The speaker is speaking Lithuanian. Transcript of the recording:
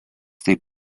taip